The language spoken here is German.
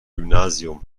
gymnasium